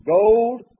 gold